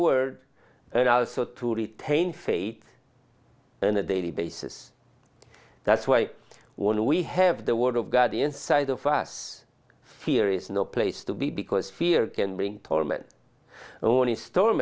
word and also to retain fate in a daily basis that's why when we have the word of god inside of us fear is no place to be because fear can bring pohlmann only storm